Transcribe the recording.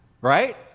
Right